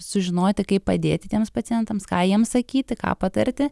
sužinoti kaip padėti tiems pacientams ką jiems sakyti ką patarti